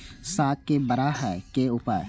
साग के बड़ा है के उपाय?